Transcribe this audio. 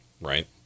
Right